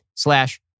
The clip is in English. slash